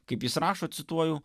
kaip jis rašo cituoju